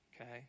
okay